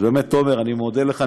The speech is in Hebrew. אז באמת, תומר, אני מודה לך.